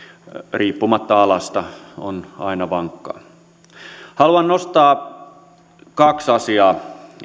riippumatta alasta on aina vankka haluan nostaa kaksi asiaa